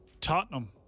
Tottenham